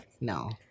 no